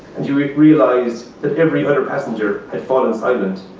and farouk realized that every other passenger had fallen silent.